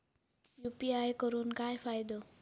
UPI करून काय फायदो?